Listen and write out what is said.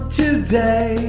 today